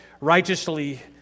righteously